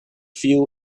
few